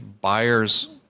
buyers